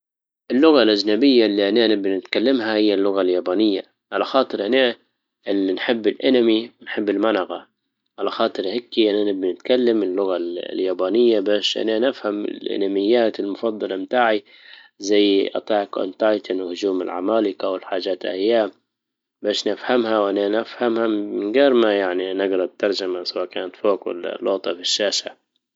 اللغة الاجنبية اللي انا نبى اتكلمها هي اللغة اليابانية على خاطر انا اللي نحب الانمي ونحب الملغه على خاطر نتكلم اللغة اليابانية باش اننا نفهم الاناميات المفضلة متاعي زي أتاك اون تايتان وهجوم العمالجة والحاجات اهي باش نفهمها وانا نفهمها من غير ما يعني نجرا الترجمة سواء كانت فوق ولا نقطة في الشاشة